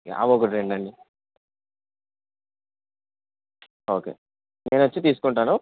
అవి ఒకటి రెండు అండి ఓకే నేనచ్చి తీసుకుంటాను